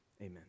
Amen